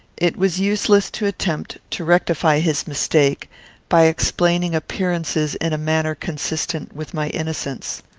it was useless to attempt to rectify his mistake by explaining appearances in a manner consistent with my innocence.